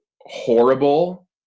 horrible